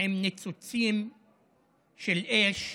עם ניצוצות של אש,